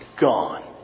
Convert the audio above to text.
gone